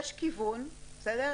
ויש כיוון בעניין הזה,